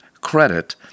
credit